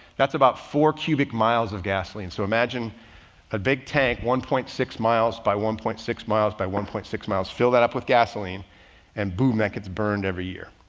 that's about four cubic miles of gasoline. so imagine a big tank, one point six miles by one point six miles by one point six miles, fill that up with gasoline and boom, that gets burned every year.